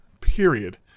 period